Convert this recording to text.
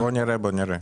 בוא נראה אתכם.